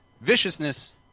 viciousness